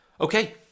okay